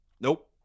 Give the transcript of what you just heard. Nope